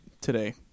today